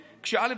כשא',